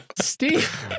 Steve